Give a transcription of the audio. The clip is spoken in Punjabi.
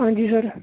ਹਾਂਜੀ ਸਰ